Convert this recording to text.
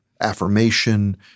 affirmation